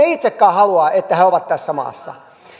itsekään halua että he ovat tässä maassa